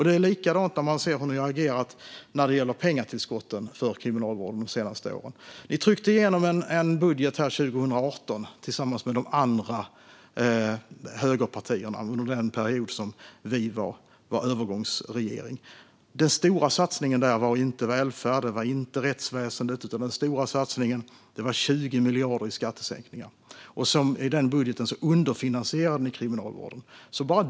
Det är likadant med ert sätt att agera när det gäller pengatillskotten till Kriminalvården de senaste åren, Tobias Andersson. Ni tryckte igenom en budget här 2018 tillsammans med de andra högerpartierna under den tid då vi satt i en övergångsregering. Den stora satsningen där var inte välfärd eller rättsväsen, utan den stora satsningen var 20 miljarder i skattesänkningar. I den budgeten underfinansierade ni Kriminalvården.